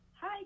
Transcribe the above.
hi